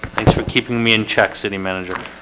thanks for keeping me in check city manager